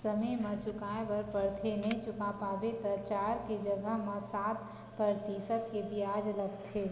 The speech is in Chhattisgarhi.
समे म चुकाए बर परथे नइ चुका पाबे त चार के जघा म सात परतिसत के बियाज लगथे